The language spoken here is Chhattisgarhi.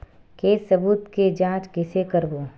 के सबूत के जांच कइसे करबो?